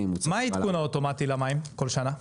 --- מה העדכון האוטומטי למים כל שנה?